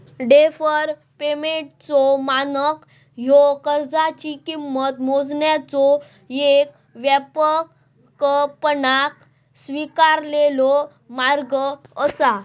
deferred पेमेंटचो मानक ह्यो कर्जाची किंमत मोजण्याचो येक व्यापकपणान स्वीकारलेलो मार्ग असा